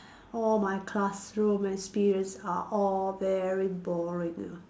all my classroom experience are all very boring ah